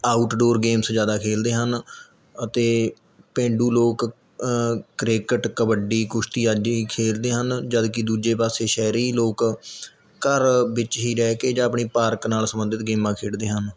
outdoor games ਜ਼ਿਆਦਾ ਖੇਲਦੇ ਹਨ ਅਤੇ ਪੇਂਡੂ ਲੋਕ ਕ੍ਰਿਕਟ ਕਬੱਡੀ ਕੁਸ਼ਤੀ ਆਦਿ ਖੇਲਦੇ ਹਨ ਜਦ ਕਿ ਦੂਜੇ ਪਾਸੇ ਸ਼ਹਿਰੀ ਲੋਕ ਘਰ ਵਿੱਚ ਹੀ ਰਹਿ ਕੇ ਜਾਂ ਆਪਣੀ ਪਾਰਕ ਨਾਲ਼ ਸੰਬੰਧਿਤ ਗੇਮਾਂ ਖੇਡਦੇ ਹਨ